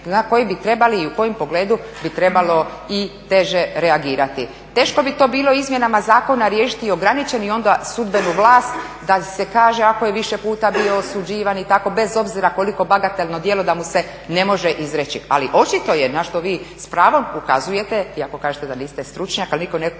za koji bi trebali i u kojem pogledu bi trebalo i teže reagirati. Teško bi to bilo izmjenama zakona riješiti ograničeni i onda sudbenu vlast da se kaže ako je više puta bio osuđivan bez obzira koliko bagatelno djelo da mu se ne može izreći. Ali očito je, na što vi s pravom ukazujete iako kažete da niste stručnjak, ali nitko ne treba